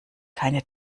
keine